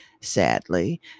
Sadly